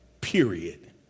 period